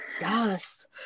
Yes